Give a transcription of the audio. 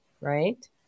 right